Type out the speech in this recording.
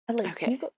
Okay